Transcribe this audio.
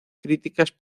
críticas